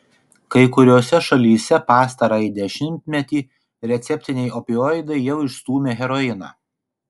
kai kuriose šalyse pastarąjį dešimtmetį receptiniai opioidai jau išstūmė heroiną